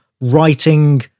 writing